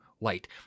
light